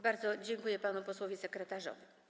Bardzo dziękuję panu posłowi sekretarzowi.